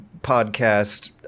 podcast